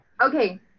Okay